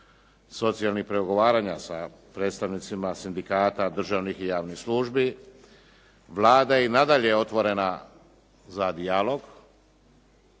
socijalnih pregovaranja sa predstavnicima sindikata državnih i javnih službi, Vlada je i nadalje otvorena za dijalog,